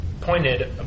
pointed